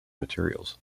materials